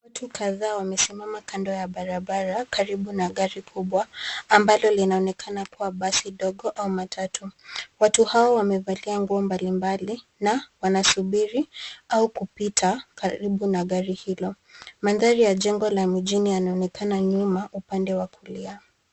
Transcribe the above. Watu kadhaa wame simama kando ya barabara karibu na gari kubwa ambalo linaonekana kuwa basi ndogo au matatu. Watu hao wamevalia nguo mbalimbali na wanasubiri au kupita karibu na gari hilo. Mandhari ya jengo inaonekana nyuma upande wa kulia.